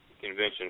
convention